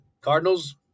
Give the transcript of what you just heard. cardinals